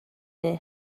near